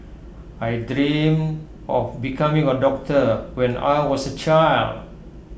I dreamt of becoming A doctor when I was A child